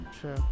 True